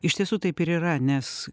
iš tiesų taip ir yra nes